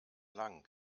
lang